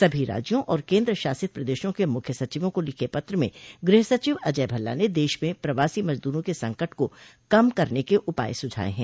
सभी राज्यों और केंद्रशासित प्रदेशों के मुख्य सचिवों को लिखे पत्र में गृहसचिव अजय भल्ला ने देश में प्रवासी मजदूरों के संकट का कम करने के उपाय सुझाये हैं